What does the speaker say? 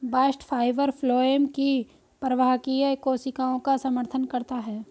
bast fibre phloem की प्रवाहकीय कोशिकाओं का समर्थन करता है